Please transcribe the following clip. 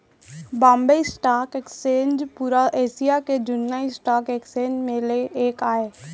Bombay stock exchange पुरा Asia के जुन्ना स्टॉक एक्सचेंज म ले एक आय